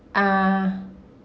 uh